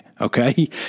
Okay